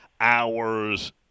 hours